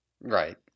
Right